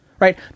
Right